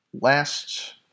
last